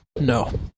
No